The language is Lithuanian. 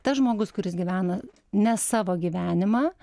tas žmogus kuris gyvena ne savo gyvenimą